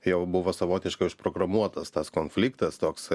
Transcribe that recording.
jau buvo savotiškai užprogramuotas tas konfliktas toks